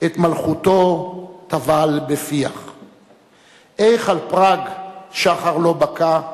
את מלכותו טבל בפיח, איך על פראג שחר לא בקע,